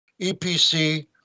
EPC